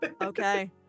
Okay